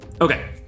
Okay